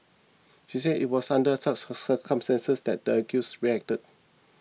she said it was under such circumstances that the accused reacted